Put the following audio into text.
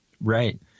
Right